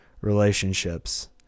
relationships